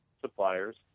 suppliers